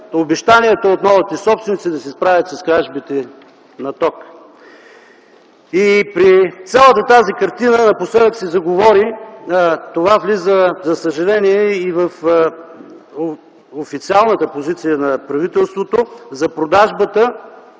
обещанията от новите собственици да се справят с кражбите на ток. При цялата тази картина напоследък се заговори – това влиза за съжаление и в официалната позиция на правителството, за продажбата